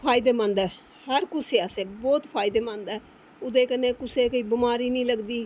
फायदेमंद ऐ हर कुसै आस्तै बहोत ई फायदेमंद ऐ कन्नै कुसैगी बमारी निं लगदी